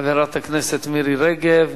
חברת הכנסת מירי רגב.